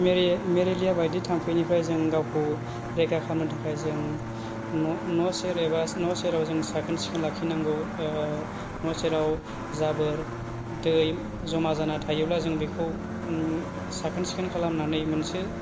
मेरे मेरेलिया बायदि थामफैनिफ्राय जों गावखौ रैखा खालामनो थाखाय जों न' न' सेर एबा न' सेराव साखोन सिखोन लाखिनांगौ न' सेराव जाबोर दै जमा जाना थायोब्ला जों बेखौ साखोन सिखोन खालामनानै मोनसे